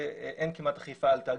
שאין כמעט אכיפה על תאגידים,